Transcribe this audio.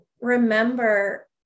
remember